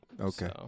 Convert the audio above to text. okay